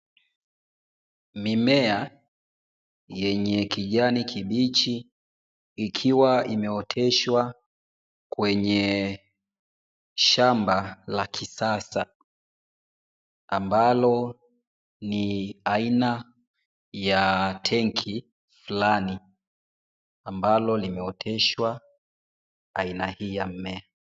Mimea yenye kijani kibichi ikiwa imeoteshwa kwenye shamba la kisasa, ambalo ni aina ya tangi fulani ambalo limeoteshwa aina hii ya mmea.